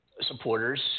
supporters